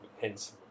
hence